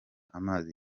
amazi